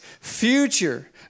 future